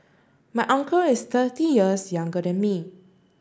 my uncle is thirty years younger than me